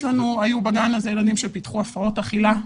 בגן הזה היו ילדים שפיתחו הפרעות אכילה.